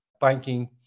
banking